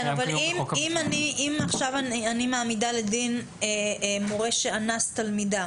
אבל אם מעמידים לדין מורה שאנס תלמידה